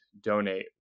donate